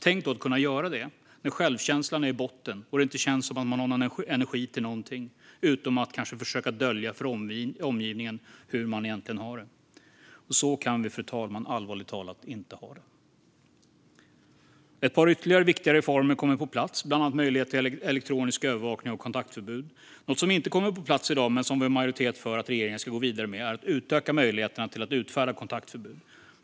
Tänk då att kunna göra det när självkänslan är i botten och det inte känns som om det finns energi till någonting utom att kanske försöka dölja för omgivningen hur man egentligen har det. Så kan vi allvarligt talat inte ha det, fru talman. Ett par ytterligare och viktiga reformer kommer på plats, bland annat möjlighet till elektronisk övervakning av kontaktförbud. Något som inte kommer på plats i dag men som vi har majoritet för att regeringen ska gå vidare med är att utöka möjligheterna till att utfärda kontaktförbud.